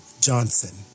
Johnson